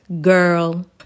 girl